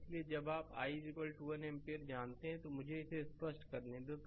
इसलिए जब आप i 1 एम्पीयर जानते हैं तो मुझे इसे स्पष्ट करने दें